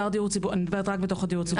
אני מדברת רק בתוך הדיור הציבורי.